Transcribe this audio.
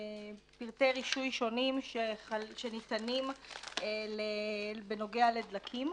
לפרטי רישוי שונים שניתנים בנוגע לדלקים.